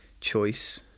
choice